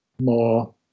more